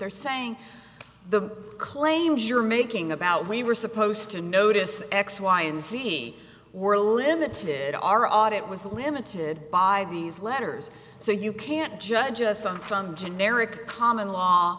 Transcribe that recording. they're saying the claims you're making about we were supposed to notice x y and z were limited to our audit was limited by these letters so you can't judge us on some generic common law